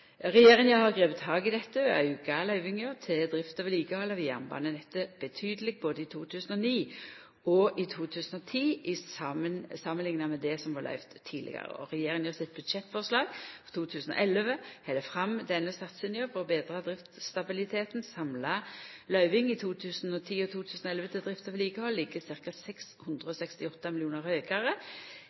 Regjeringa har gripe tak i dette og auka løyvingane til drift og vedlikehald av jernbanenettet betydeleg både i 2009 og i 2010, samanlikna med det som vart løyvt i tidlegare år. Regjeringa sitt budsjettforslag for 2011 held fram denne satsinga for å betra driftsstabiliteten. Samla løyving i 2010 og 2011 til drift og vedlikehald ligg ca. 668 mill. kr høgare